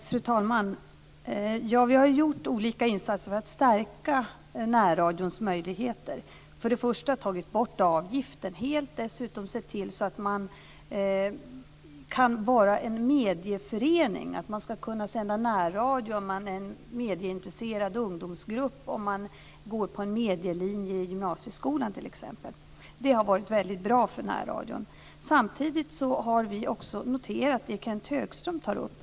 Fru talman! Vi har gjort olika insatser för att stärka närradions möjligheter. Vi har tagit bort avgiften helt. Dessutom har vi sett till att man kan vara en medieförening, att man kan sända närradio om man är en medieintresserad ungdomsgrupp, om man t.ex. går på en medielinje i gymnasieskolan. Det har varit väldigt bra för närradion. Samtidigt har vi också noterat det Kenth Högström tar upp.